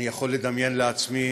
אני יכול לדמיין לעצמי